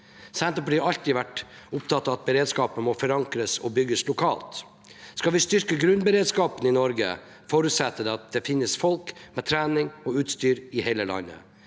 Senterpartiet har alltid vært opptatt av at beredskapen må forankres og bygges lokalt. Skal vi styrke grunnberedskapen i Norge, forutsetter det at det finnes folk med trening og utstyr i hele landet.